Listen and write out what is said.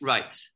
Right